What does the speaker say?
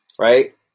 right